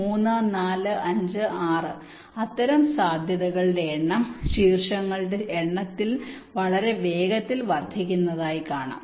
3 4 5 6 അത്തരം സാധ്യതകളുടെ എണ്ണം ശീർഷങ്ങളുടെ എണ്ണത്തിൽ വളരെ വേഗത്തിൽ വർദ്ധിക്കുന്നതായി കാണാം